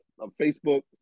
Facebook